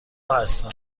هستم